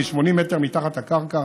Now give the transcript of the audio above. כי היא 80 מטר מתחת לקרקע,